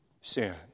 sin